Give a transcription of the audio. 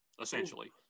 essentially